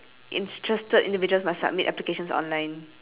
interested individuals must submit applications online